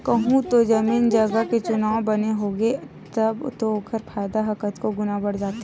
कहूँ ओ जमीन जगा के चुनाव बने होगे तब तो ओखर फायदा ह कतको गुना बड़ जाथे